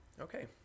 Okay